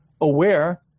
aware